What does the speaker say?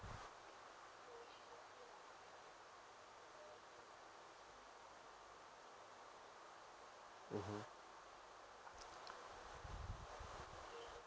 mmhmm